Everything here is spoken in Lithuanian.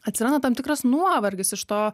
atsiranda tam tikras nuovargis iš to